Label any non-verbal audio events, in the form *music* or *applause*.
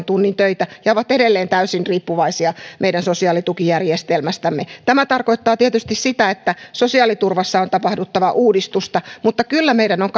*unintelligible* tunnin töitä ja ovat edelleen täysin riippuvaisia meidän sosiaalitukijärjestelmästämme tämä tarkoittaa tietysti sitä että sosiaaliturvassa on tapahduttava uudistusta mutta kyllä meidän on *unintelligible*